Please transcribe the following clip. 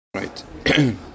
right